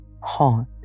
hot